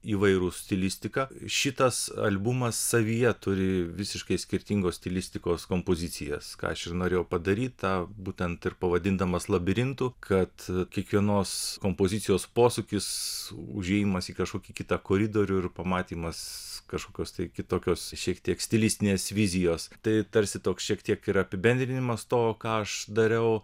įvairūs stilistika šitas albumas savyje turi visiškai skirtingos stilistikos kompozicijas ką aš ir norėjau padaryt tą būtent ir pavadindamas labirintu kad kiekvienos kompozicijos posūkis užėjimas į kažkokį kitą koridorių ir pamatymas kažkokios tai kitokios šiek tiek stilistinės vizijos tai tarsi toks šiek tiek ir apibendrinimas to ką aš dariau